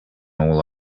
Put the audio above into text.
all